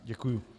Děkuji.